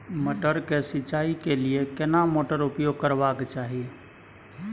मटर के सिंचाई के लिये केना मोटर उपयोग करबा के चाही?